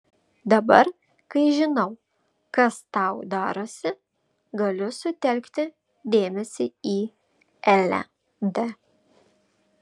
dabar kai žinau kas tau darosi galiu sutelkti dėmesį į elę d